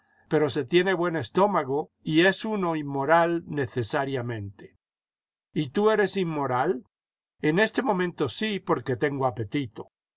pero se tiene buen estómago y es imo inmoral necesariamente y tú eres inmoral en este momento sí porque tengo apetito